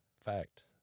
fact